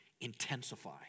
intensify